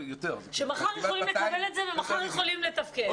--- שמחר יכולים לקבל את זה ומחר יכולים לתפקד.